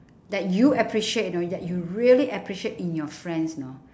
that you appreciate you know that you really appreciate in your friends you know